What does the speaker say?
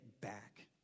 back